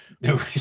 no